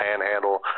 Panhandle